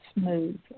smooth